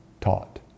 taught